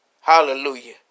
Hallelujah